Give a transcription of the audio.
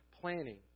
planning